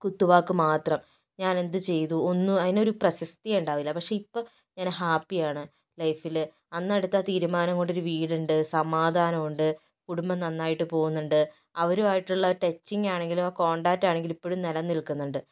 കുത്തുവാക്ക് മാത്രം ഞാനെന്തു ചെയ്തു ഒന്നും അതിനൊരു പ്രസക്തിയെ ഉണ്ടാവില്ല പക്ഷെ ഇപ്പം ഞാന് ഹാപ്പിയാണ് ലൈഫില് അന്നെടുത്ത തീരുമാനം കൊണ്ടൊരു വീടുണ്ട് സമാധാനമുണ്ട് കുടുംബം നന്നായിട്ട് പോകുന്നുണ്ട് അവരുവായിട്ടുള്ള ടെച്ചിങ് ആണെങ്കിലോ കോൺടാറ്റ് ആണെങ്കിലോ ഇപ്പഴും നിലനിൽക്കുന്നുണ്ട്